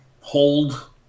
hold